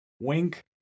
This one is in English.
Wink